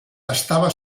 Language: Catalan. estava